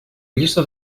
llista